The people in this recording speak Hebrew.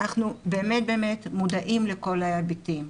אנחנו באמת באמת מודעים לכל ההיבטים,